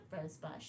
Rosebush